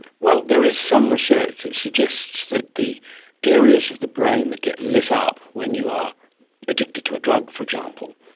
well, there is some research that suggests that the areas of the brain that get lit ah up when you are addicted to a drug, for example,